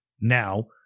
Now